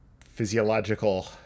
physiological